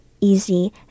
easy